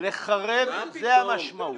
זאת המשמעות.